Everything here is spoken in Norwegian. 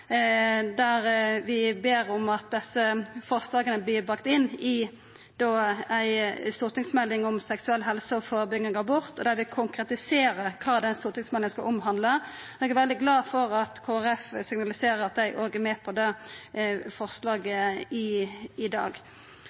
der vi ber om at desse forslaga vert bakte inn i ei stortingsmelding om seksuell helse og førebygging av abort, der vi konkretiserer kva den stortingsmeldinga skal omhandla. Eg er veldig glad for at Kristeleg Folkeparti signaliserer at dei òg stør det forslaget i dag.